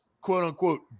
quote-unquote